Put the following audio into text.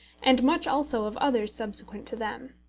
and much also of others subsequent to them.